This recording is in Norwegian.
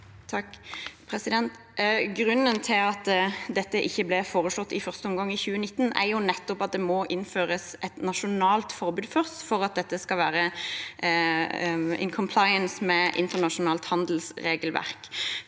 (V) Grunnen til at dette ikke ble foreslått i første omgang, i 2019, er jo nettopp at det må innføres et nasjonalt forbud først for at dette skal være i samsvar med internasjonalt handelsregelverk.